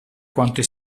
quante